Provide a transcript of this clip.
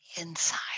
inside